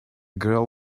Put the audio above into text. girl